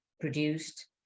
produced